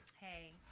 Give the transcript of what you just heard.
Hey